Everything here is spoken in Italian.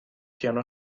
piano